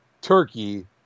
turkey